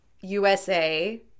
USA